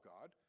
God